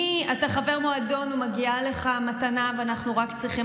זה מ"אתה חבר מועדון ומגיעה לך מתנה ואנחנו רק צריכים